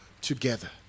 together